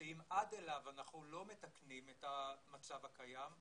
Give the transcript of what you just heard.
שאם עד אליו אנחנו לא מתקנים את המצב הקיים,